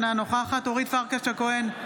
אינה נוכחת אורית פרקש הכהן,